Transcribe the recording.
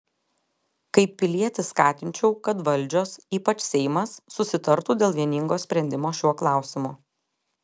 kaip pilietis skatinčiau kad valdžios ypač seimas susitartų dėl vieningo sprendimo šiuo klausimu